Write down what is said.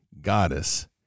goddess